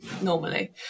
normally